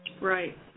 Right